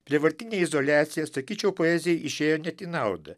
prievartinė izoliacija sakyčiau poezijai išėjo net į naudą